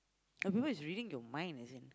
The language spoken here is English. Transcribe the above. but people is reading your mind as in